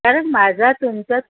कारण माझा तुमचा